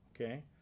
okay